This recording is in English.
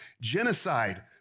Genocide